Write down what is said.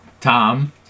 Tom